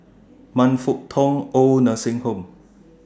Man Fut Tong Oid Nursing Home